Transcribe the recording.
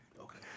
Okay